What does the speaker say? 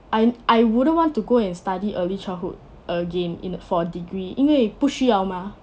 I I wouldn't want to go and study early childhood again in a for degree 因为不需要 mah